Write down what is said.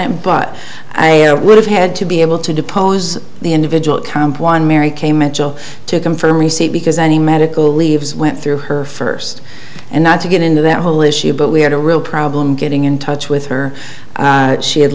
t but i would have had to be able to depose the individual account one mary kay met joe to confirm receipt because any medical leaves went through her first and not to get into that whole issue but we had a real problem getting in touch with her she had